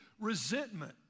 resentment